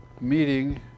meeting